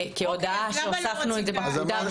כהודעה שהוספנו את זה בפקודה.